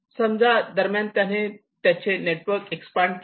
समजा दरम्यान त्याने त्याचे नेटवर्क एक्सपांड केले